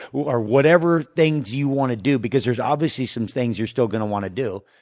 or whatever things you want to do because there's obviously some things you're still going to want to do,